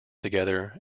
together